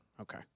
Okay